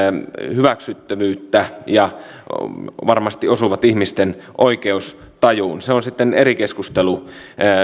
hyväksyttävyyttä ja varmasti osuvat ihmisten oikeustajuun se on sitten eri keskustelu